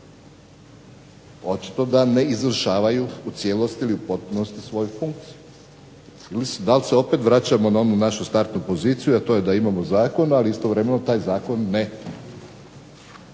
očito da ne izvršavaju u cijelosti ili potpunosti svoju funkciju. Da li se opet vraćamo na onu našu startnu poziciju a to je da imamo Zakon ali istovremeno taj Zakon ne